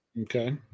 Okay